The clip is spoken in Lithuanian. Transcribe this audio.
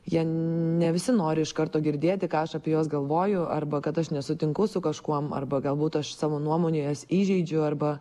jie ne visi nori iš karto girdėti ką aš apie juos galvoju arba kad aš nesutinku su kažkuom arba galbūt aš savo nuomone juos įžeidžiu arba